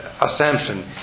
assumption